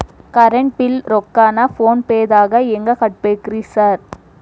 Current bill ರೊಕ್ಕಾನ phone ಪೇದಾಗ ಹೆಂಗ್ ಕಟ್ಟಬೇಕ್ರಿ ಸರ್?